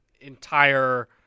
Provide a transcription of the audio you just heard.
entire